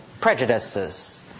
prejudices